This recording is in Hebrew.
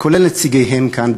כולל נציגיהם כאן,